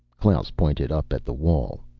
klaus pointed up at the wall.